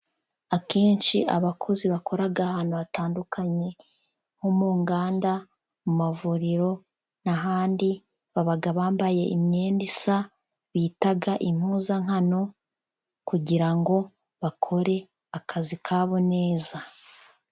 Akenshi abakozi bakora ahantu hatandukanye nko mu nganda, mu mavuriro n'ahandi baba bambaye imyenda isa bita impuzankano kugira ngo bakore akazi kabo neza.